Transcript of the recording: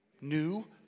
new